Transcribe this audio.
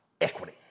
equity